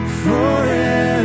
forever